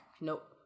Nope